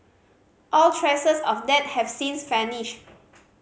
all traces of that have since vanished